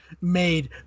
made